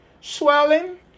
swelling